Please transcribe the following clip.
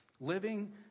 Living